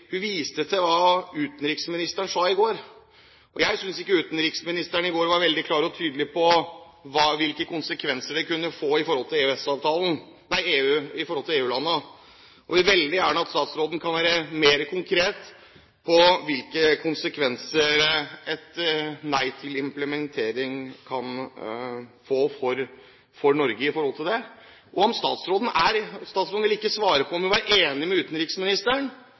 hva utenriksministeren sa i går. Jeg synes ikke utenriksministeren i går var veldig klar og tydelig på hvilke konsekvenser det kunne få i forhold til EU-landene. Jeg vil veldig gjerne at statsråden er mer konkret med hensyn til hvilke konsekvenser et nei til implementering kan få for Norge. Statsråden ville ikke svare på om hun var enig med utenriksministeren i at man – etter at det har vært en prosess og en prosess – kan ende opp med at man blir enige om